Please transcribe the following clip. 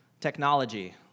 Technology